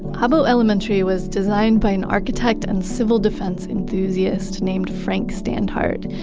abo elementary was designed by an architect and civil defense enthusiast named frank standhart.